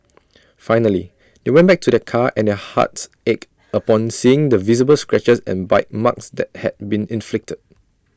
finally they went back to their car and their hearts ached upon seeing the visible scratches and bite marks that had been inflicted